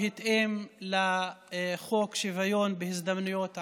בהתאם לחוק שוויון ההזדמנויות בעבודה.